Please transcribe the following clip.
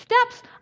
steps